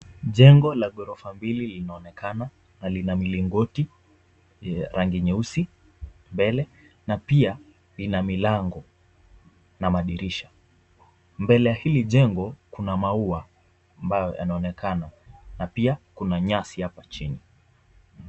Jengo la gorofa mbili linaonekana, na lina milingoti, rangi nyeusi mbele na pia lina milango. Na madirisha, mbele ya hili jengo kuna maua, ambayo yanaonekana na pia kuna nyasi hapa chini.